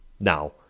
Now